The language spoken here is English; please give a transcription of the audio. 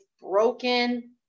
broken